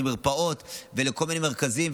למרפאות ולכל מיני מרכזים,